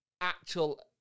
actual